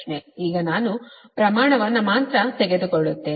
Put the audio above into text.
ಈಗ ನಾನು ಪ್ರಮಾಣವನ್ನು ಮಾತ್ರ ತೆಗೆದುಕೊಳ್ಳುತ್ತೇನೆ